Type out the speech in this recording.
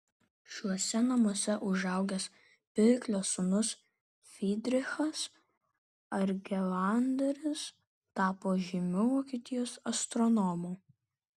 šiuose namuose užaugęs pirklio sūnus frydrichas argelanderis tapo žymiu vokietijos astronomu